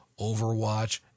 overwatch